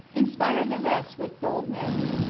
inspired the rest with boldness.